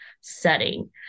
setting